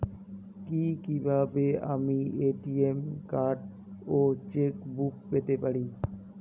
কি কিভাবে আমি এ.টি.এম কার্ড ও চেক বুক পেতে পারি?